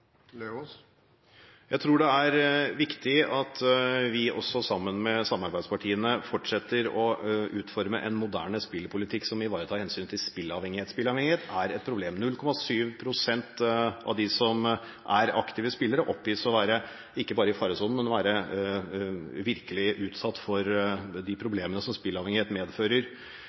spilleavhengighet? Jeg tror det er viktig at vi også sammen med samarbeidspartiene fortsetter å utforme en moderne spillpolitikk som ivaretar hensynet til spilleavhengige. Spilleavhengighet er et problem. 0,7 pst. av de som er aktive spillere, oppgis å være ikke bare i faresonen, men også å være virkelig utsatt for de problemene som spilleavhengighet medfører.